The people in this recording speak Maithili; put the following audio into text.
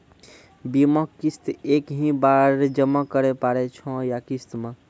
बीमा किस्त एक ही बार जमा करें पड़ै छै या किस्त मे?